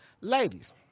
Ladies